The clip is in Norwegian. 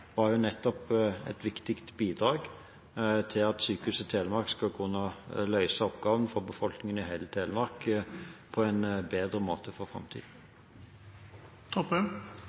nettopp et viktig bidrag til at Sykehuset Telemark skal kunne løse oppgaven for befolkningen i hele Telemark på en bedre måte i framtiden.